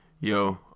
yo